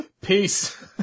Peace